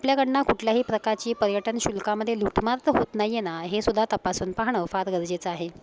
आपल्याकडून कुठल्याही प्रकारची पर्यटनशुल्कामध्ये लूटमार तर होत नाही आहे ना हे सुद्धा तपासून पाहणं फार गरजेचं आहे